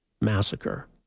massacre